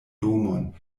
domon